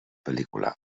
pel·lícula